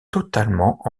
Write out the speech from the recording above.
totalement